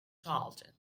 salted